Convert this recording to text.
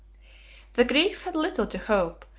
the greeks had little to hope,